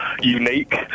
unique